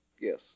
Yes